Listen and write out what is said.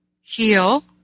heal